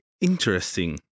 interesting